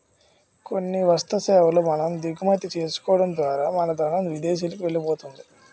కొన్ని వస్తు సేవల మనం దిగుమతి చేసుకోవడం ద్వారా మన ధనం విదేశానికి వెళ్ళిపోతుంది